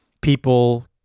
people